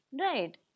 Right